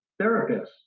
therapists